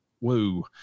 Woo